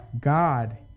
God